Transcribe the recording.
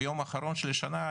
ביום האחרון של השנה,